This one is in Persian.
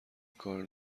کار